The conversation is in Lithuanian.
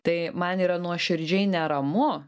tai man yra nuoširdžiai neramu